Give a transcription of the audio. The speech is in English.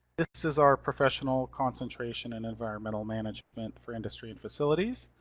this is our professional concentration in environmental management for industry and facilities.